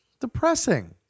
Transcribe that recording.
depressing